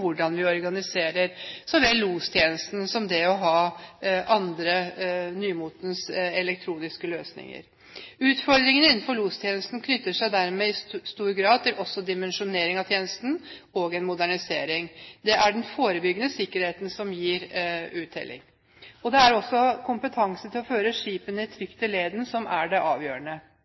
hvordan vi organiserer så vel lostjenesten som det å ha andre nymotens elektroniske løsninger. Utfordringene innenfor lostjenesten knytter seg dermed i stor grad også til dimensjoneringen av tjenesten og en modernisering. Det er den forebyggende sikkerheten som gir uttelling. Det er kompetansen til å føre skipene trygt i leden som er avgjørende.